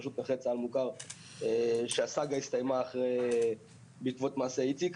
פשוט נכה צה"ל מוכר שהסאגה הסתיימה בעקבות מעשה איציק.